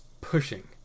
pushing